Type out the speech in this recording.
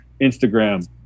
Instagram